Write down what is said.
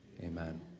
Amen